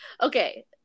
okay